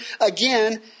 again